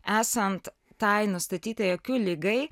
esant tai nustatyta akių ligai